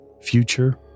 future